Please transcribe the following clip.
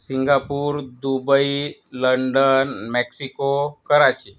Singapore Dubai London Mexico Karachi